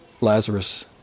Lazarus